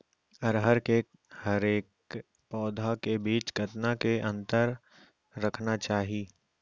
अरहर के हरेक पौधा के बीच कतना के अंतर रखना चाही?